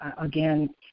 again